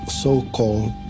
so-called